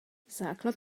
základ